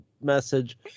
message